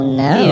no